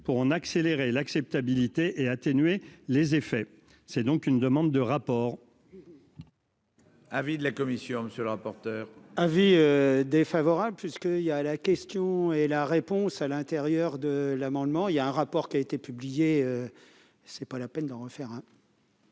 pour en accélérer l'acceptabilité et atténuer les effets, c'est donc une demande de rapport. Avis de la commission, monsieur le rapporteur. Avis défavorable puisqu'il y a à la question et la réponse à l'intérieur de l'amendement, il y a un rapport qui a été publié, c'est pas la peine d'en faire,